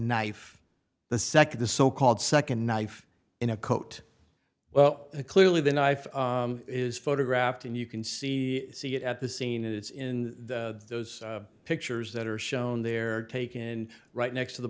knife the second the so called second knife in a coat well clearly the knife is photographed and you can see see it at the scene it's in those pictures that are shown there taken in right next to the